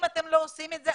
אם אתם לא עושים את זה,